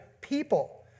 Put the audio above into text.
people